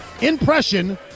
impression